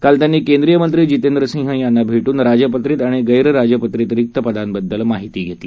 काल त्यांनी केंद्रीय मंत्री जितेंद्र सिंग यांना भेटून राजपत्रित आणि गर्ष रोजपत्रित रिक्त पदांबद्दल त्यांनी माहिती दिली